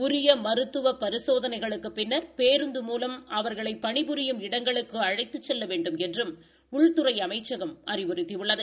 ஊரிய மருத்துவ பரிசோதனைகளுக்குப் பின்னர் பேருந்து மூலம் அவர்களை பணி புரிந்த இடங்களுக்கு அழைத்துச் செல்ல வேண்டுமென்றும் உள்துறை அமைச்சம் அறிவுறுத்தியுள்ளது